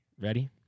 Ready